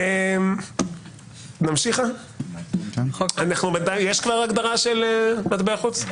יש כבר הגדרה של מטבע חוץ?